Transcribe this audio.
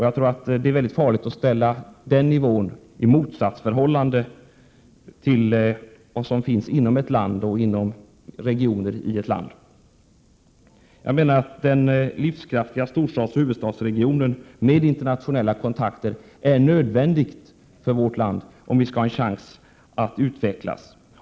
Jag tror att det är farligt att ställa den nivån i motsatsförhållande till vad som finns inom ett land eller inom regioner i ett land. Jag menar att den livskraftiga storstadsoch huvudstadsregionen med internationella kontakter är nödvändig för vårt land, om det skall ha en chans att utvecklas.